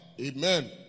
Amen